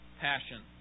passion